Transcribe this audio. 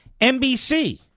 NBC